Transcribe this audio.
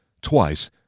twice